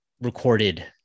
recorded